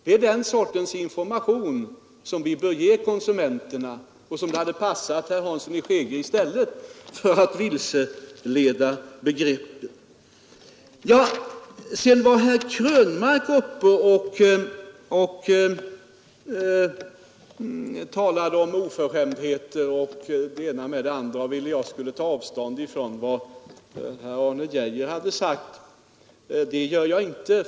Det är den sortens information som vi bör ge konsumenterna och som herr Hansson i Skegrie borde ha lämnat i stället för att blanda ihop begreppen. Sedan var herr Krönmark uppe och talade om oförskämdheter och det ena med det andra. Han ville jag skulle ta avstånd från vad herr Arne Geijer hade sagt. Det gör jag inte.